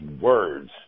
words